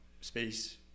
space